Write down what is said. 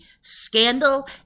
scandal